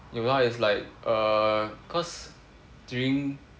有啊 it's like err cause during